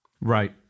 Right